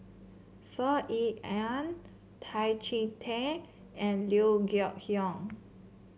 Saw Ean Ang Tan Chee Teck and Liew Geok Leong